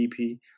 DP